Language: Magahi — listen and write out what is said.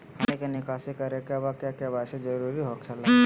हमनी के निकासी करे के बा क्या के.वाई.सी जरूरी हो खेला?